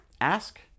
ask